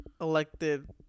Elected